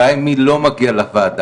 הבעיה היא מי לא מגיע לוועדה.